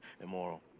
immoral